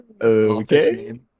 okay